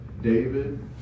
David